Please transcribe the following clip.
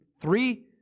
three